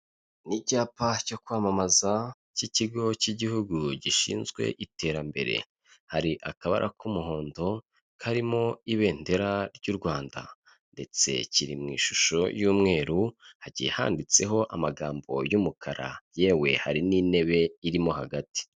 Ni icyapa cyo kwamamaza cy'ikigo cy'igihugu gishinzwe iterambere, hari akabara k'umuhondo karimo ibendera ry'u Rwanda ndetse kiri mu ishusho y'umweru hagiye handitseho amagambo y'umukara, yewe hari n'intebe irimo hagati.